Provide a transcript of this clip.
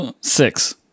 six